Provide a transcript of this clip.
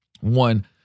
one